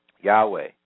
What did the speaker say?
Yahweh